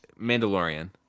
Mandalorian